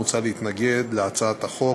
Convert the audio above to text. מוצע להתנגד להצעת החוק,